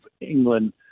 England